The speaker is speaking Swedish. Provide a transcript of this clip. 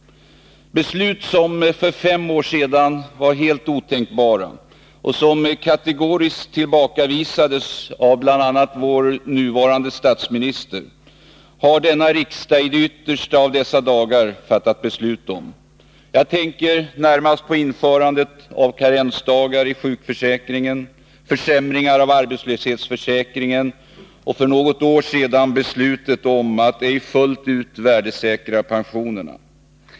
Beslut, som för fem år sedan var helt otänkbara och som kategoriskt tillbakavisades av bl.a. vår nuvarande statsminister, har fattats av denna riksdag i de yttersta av dessa dagar. Jag tänker närmast på införandet av karensdagar i sjukförsäkringen, på försämringar av arbetslöshetsförsäkringen och på beslutet för något år sedan att ej fullt ut värdesäkra pensionerna.